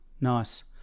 nice